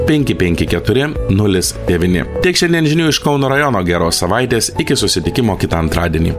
penki penki keturi nulis devyni tiek šiandien žinių iš kauno rajono geros savaitės iki susitikimo kitą antradienį